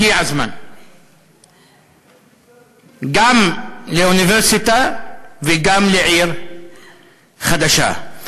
הגיע הזמן גם לאוניברסיטה וגם לעיר חדשה.